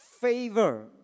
favor